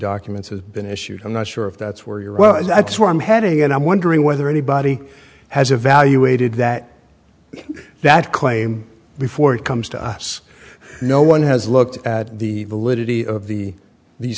documents has been issued i'm not sure if that's where you're well that's where i'm heading and i'm wondering whether anybody has evaluated that that claim before it comes to us no one has looked at the validity of the